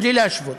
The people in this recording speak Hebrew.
בלי להשוות.